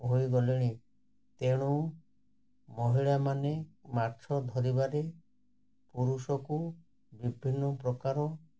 ହୋଇଗଲେଣି ତେଣୁ ମହିଳାମାନେ ମାଛ ଧରିବାରେ ପୁରୁଷକୁ ବିଭିନ୍ନ ପ୍ରକାର